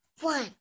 One